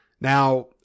now